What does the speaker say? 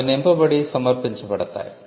అవి నింపబడి సమర్పించబడతాయి